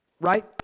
Right